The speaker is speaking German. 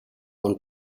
und